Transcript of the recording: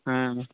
ᱦᱮᱸ ᱢᱟ